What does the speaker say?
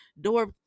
door